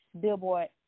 Billboard